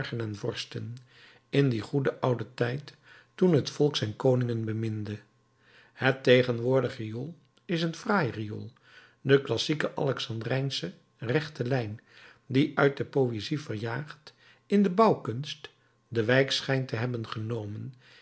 in dien goeden ouden tijd toen het volk zijn koningen beminde het tegenwoordig riool is een fraai riool de klassieke alexandrijnsche rechte lijn die uit de poëzie verjaagd in de bouwkunst de wijk schijnt te hebben genomen